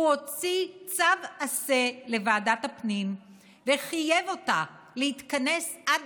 הוא הוציא צו עשה לוועדת הפנים וחייב אותה להתכנס עד